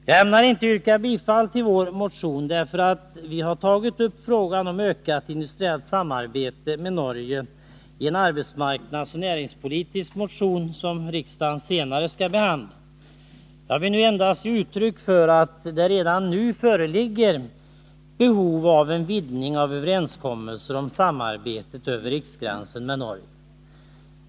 Jag ämnar inte yrka bifall till vår motion, för vi har tagit upp frågan om ökat politisk motion, som riksdagen senare skall behandla. Jag vill nu endast ge Onsdagen den uttryck för att det redan föreligger behov av en vidgning av överenskom 11 februari 1981 melser med Norge om samarbete över riksgränsen.